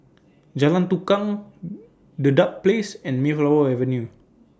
Jalan Tukang Dedap Place and Mayflower Avenue